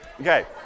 Okay